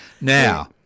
Now